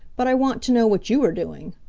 but i want to know what you are doing.